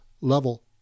level